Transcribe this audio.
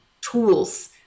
tools